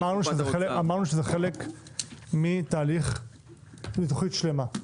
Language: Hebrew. אמרנו שזה חלק מתוכנית שלמה.